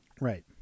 Right